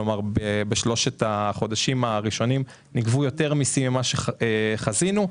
בשלושת החודשים האחרונים נגבו יותר מסים ממה שחזינו,